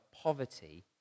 poverty